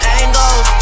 angles